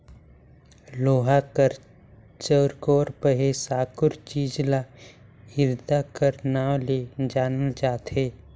लोहा कर चउकोर पहे साकुर चीज ल इरता कर नाव ले जानल जाथे